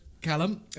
Callum